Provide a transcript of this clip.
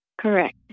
Correct